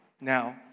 Now